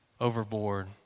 overboard